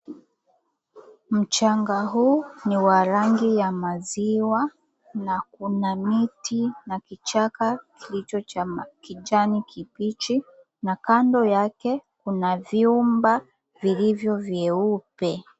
Mchanga huu ni wa rangi ya maziwa na kuna miti na kichaka kilicho cha kijani kibichi. Na kando yake kuna vyumba vilivyo vyeupe.